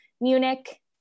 Munich